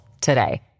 today